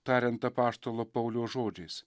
tariant apaštalo pauliaus žodžiais